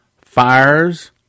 fires